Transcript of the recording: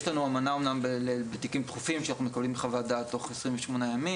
יש לנו אמנה אמנם בתיקים דחופים שאנחנו מקבלים חוות דעת תוך 28 ימים,